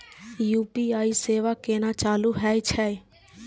UPI सेवा केना चालू है छै?